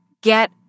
get